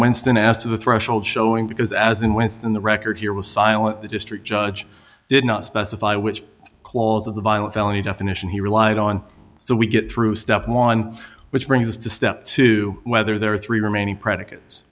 winston as to the threshold showing because as in winston the record here was silent the district judge did not specify which clause of the violent felony definition he relied on so we get through step one which brings us to step two whether there are three remaining predicates